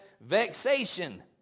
vexation